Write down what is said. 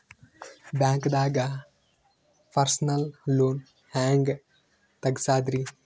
ಬ್ಯಾಂಕ್ದಾಗ personal loan ಹೆಂಗ್ ತಗ್ಸದ್ರಿ?